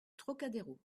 trocadéro